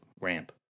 ramp